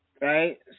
Right